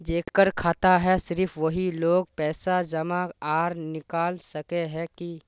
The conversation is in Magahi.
जेकर खाता है सिर्फ वही लोग पैसा जमा आर निकाल सके है की?